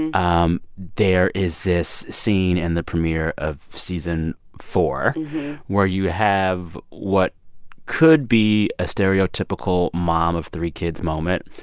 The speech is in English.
and um there is this scene in the premiere of season four where you have what could be a stereotypical mom-of-three-kids moment.